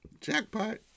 Jackpot